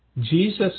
Jesus